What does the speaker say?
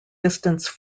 distance